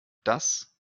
das